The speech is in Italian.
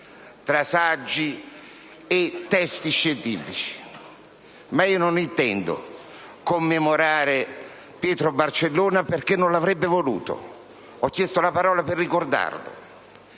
tra saggi e testi scientifici. Non intendo commemorare Pietro Barcellona, perché non l'avrebbe voluto. Ho chiesto la parola per ricordarlo,